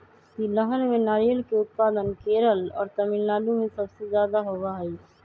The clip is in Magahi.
तिलहन में नारियल के उत्पादन केरल और तमिलनाडु में सबसे ज्यादा होबा हई